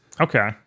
Okay